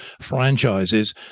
franchises